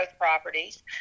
Properties